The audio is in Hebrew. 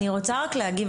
אני רוצה רק להגיב.